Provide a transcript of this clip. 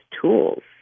tools